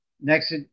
Next